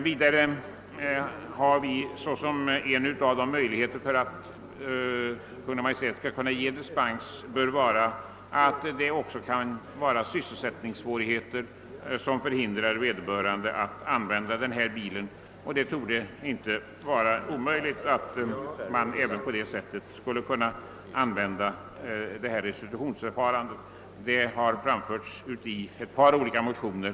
Vidareé har vi som en av de förutsättningar som skall föreligga för erhållande av restitution också angivit sysselsättningssvårigheter. Dessa yrkanden har framförts i ett par olika motioner.